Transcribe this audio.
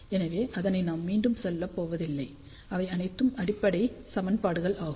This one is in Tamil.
எனவே அதனை நான் மீண்டும் சொல்லப் போவதில்லை அவை அனைத்தும் அடிப்படை சமன்பாடுகள் ஆகும்